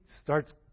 starts